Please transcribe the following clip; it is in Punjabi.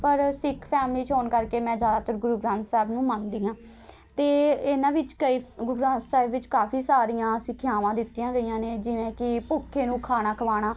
ਪਰ ਸਿੱਖ ਫੈਮਲੀ 'ਚ ਹੋਣ ਕਰਕੇ ਮੈਂ ਜ਼ਿਆਦਾਤਰ ਗੁਰੂ ਗ੍ਰੰਥ ਸਾਹਿਬ ਨੂੰ ਮੰਨਦੀ ਹਾਂ ਅਤੇ ਇਹਨਾਂ ਵਿੱਚ ਕਈ ਗੁਰੂ ਗ੍ਰੰਥ ਸਾਹਿਬ ਵਿੱਚ ਕਾਫ਼ੀ ਸਾਰੀਆਂ ਸਿੱਖਿਆਵਾਂ ਦਿੱਤੀਆਂ ਗਈਆਂ ਨੇ ਜਿਵੇਂ ਕਿ ਭੁੱਖੇ ਨੂੰ ਖਾਣਾ ਖਵਾਉਣਾ